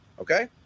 okay